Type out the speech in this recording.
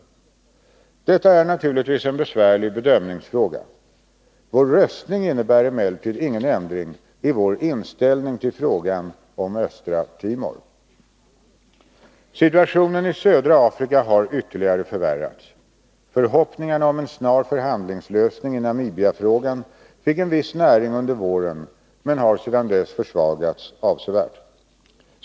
Detta är naturligtvis en besvärlig bedömningsfråga. Vår röstning innebär emellertid ingen ändring i vår inställning till frågan om Östra Timor. Situationen i södra Afrika har ytterliggare förvärrats. Förhoppningarna om en snar förhandlingslösning i Namibiafrågan fick viss näring under våren men har sedan dess försvagats avsevärt.